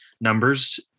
numbers